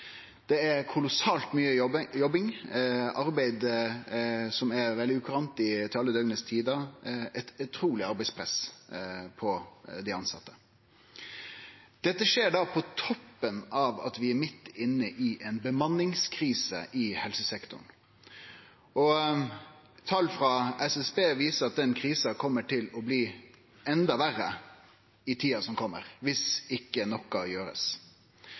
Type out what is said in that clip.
Det er kolossalt mykje jobbing, arbeid til alle døgnets tider, noko som er veldig ukurant og gir eit utruleg arbeidspress på dei tilsette. Dette skjer på toppen av at vi er midt inne i ei bemanningskrise i helsesektoren, og tal frå SSB viser at den krisa kjem til å bli enda verre i tida som kjem, viss ikkje noko